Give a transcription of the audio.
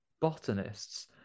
botanists